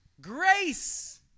grace